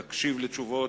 יקשיב לתשובות,